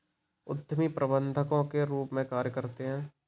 उद्यमी प्रबंधकों के रूप में कार्य करते हैं